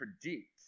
predict